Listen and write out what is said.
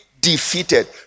defeated